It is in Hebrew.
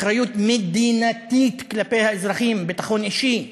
אחריות מדינתית כלפי האזרחים, ביטחון אישי.